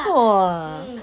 !whoa!